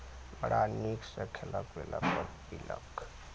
बड़ा नीकसँ खयलक पीलक अपन पीलक